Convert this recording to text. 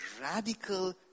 radical